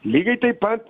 lygiai taip pat